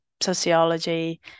sociology